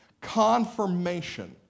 confirmation